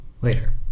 later